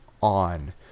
on